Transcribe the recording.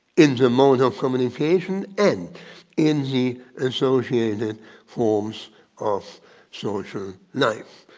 in the mode of communication and in the associated forms of social life.